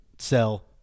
Sell